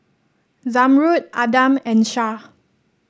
Zamrud Adam and Shah